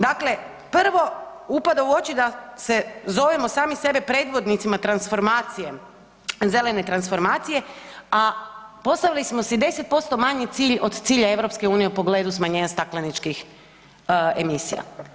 Dakle, prvo upada u oči da se zovemo sami sebe predvodnicima transformacije, zelene transformacije a postavili smo si 10% manji cilj od cilja EU u pogledu smanjenja stakleničkih emisija.